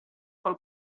pel